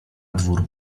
dwór